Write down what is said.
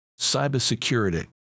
cybersecurity